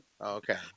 Okay